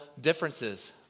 differences